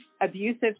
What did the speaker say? abusive